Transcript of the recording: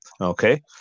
okay